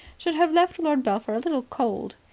should have left lord belpher a little cold.